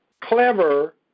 clever